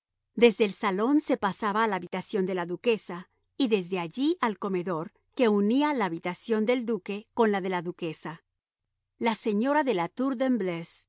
desde el salón se pasaba a la habitación de la duquesa y desde allí al comedor que unía la habitación del duque con la de la duquesa la señora de